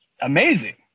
amazing